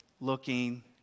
looking